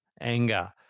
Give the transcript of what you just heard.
anger